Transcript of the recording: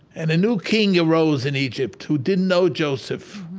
and a new king arose in egypt who didn't know joseph.